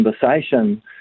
conversation